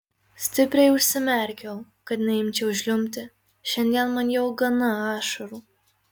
stipriai užsimerkiau kad neimčiau žliumbti šiandien man jau gana ašarų